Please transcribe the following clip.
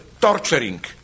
torturing